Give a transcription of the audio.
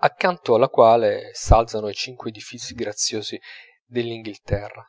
accanto alla quale s'alzano i cinque edifizi graziosi dell'inghilterra